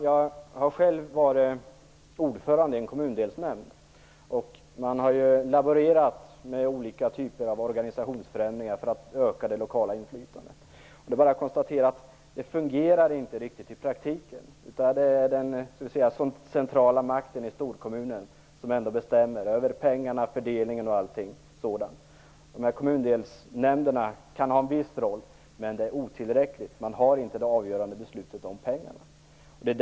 Jag har själv varit ordförande i en kommundelsnämnd. Man har laborerat med olika typer av organisationsförändringar för att öka det lokala inflytandet. Det är bara att konstatera att det inte riktigt fungerar i praktiken. Det är den centrala makten i storkommunen som ändå bestämmer över pengarna, fördelningen och allt sådant. Kommundelsnämnderna kan spela en viss roll, men det är otillräckligt. Man har inte det avgörande beslutet om pengarna.